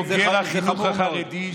פרח חינוך החרדי,